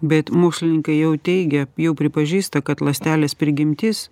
bet mokslininkai jau teigia jau pripažįsta kad ląstelės prigimtis